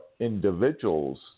individuals